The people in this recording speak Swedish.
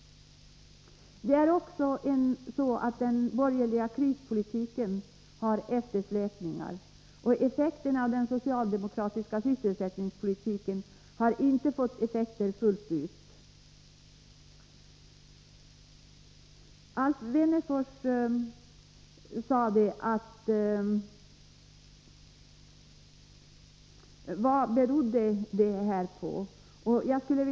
Den borgerliga krispolitiken har eftersläpningar, och den socialdemokratiska sysselsättningspolitiken har ännu inte fått effekter fullt ut. Alf Wennerfors frågade vad detta beror på.